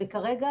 כרגע,